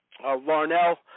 Larnell